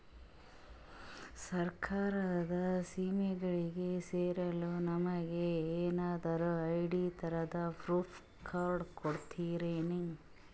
ಸರ್ಕಾರದ ಸ್ಕೀಮ್ಗಳಿಗೆ ಸೇರಲು ನಮಗೆ ಏನಾದ್ರು ಐ.ಡಿ ತರಹದ ಪ್ರೂಫ್ ಕಾರ್ಡ್ ಕೊಡುತ್ತಾರೆನ್ರಿ?